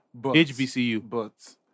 HBCU